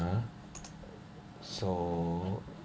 !huh! so